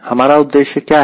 हमारा उद्देश्य क्या है